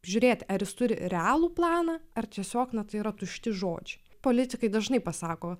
žiūrėti ar jis turi realų planą ar tiesiog na tai yra tušti žodžiai politikai dažnai pasako